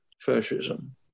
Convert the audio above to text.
fascism